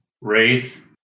Wraith